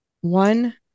one